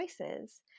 choices